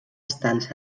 estança